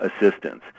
assistance